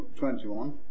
21